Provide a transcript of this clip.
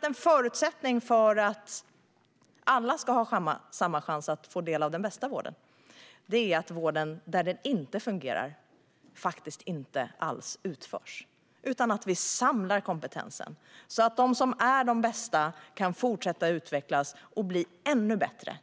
En förutsättning för att alla ska ha samma chans att få del av den bästa vården är att vården där den inte fungerar inte alls utförs utan att vi samlar kompetensen så att de som är de bästa kan fortsätta utvecklas och bli ännu bättre